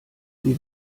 sie